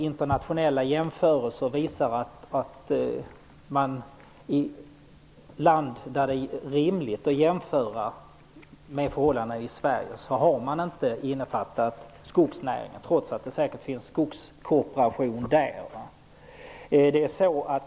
Internationella jämförelser visar att i länder där det är rimligt att jämföra med förhållandena i Sverige har man inte innefattat skogsnäringen bland undantagen, trots att det säkert finns skogskooperation där.